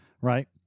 Right